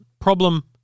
problem